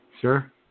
Sure